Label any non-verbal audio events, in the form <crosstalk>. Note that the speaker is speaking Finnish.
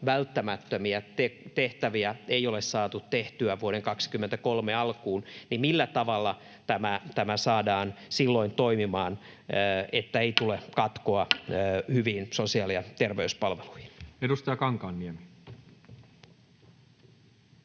välttämättömiä tehtäviä ei ole saatu tehtyä vuoden 23 alkuun, niin millä tavalla tämä saadaan silloin toimimaan, <noise> että ei tule katkoa hyviin sosiaali- ja terveyspalveluihin? [Speech